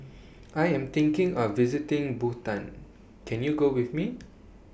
I Am thinking of visiting Bhutan Can YOU Go with Me